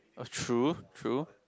oh true true